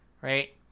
right